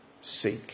seek